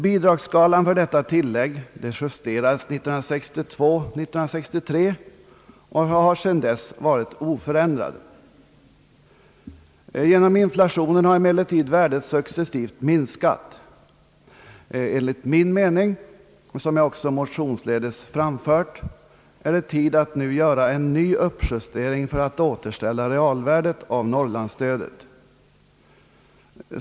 Bidragsskalan för detta tillägg justerades 1962/ 63 och har sedan dess varit oförändrad. Genom inflationen har emellertid värdet successivt minskat. Enligt min mening — som jag också motionsledes har framfört är det tid att nu göra en ny uppjustering för att återställa realvärdet av norrlandsstödet.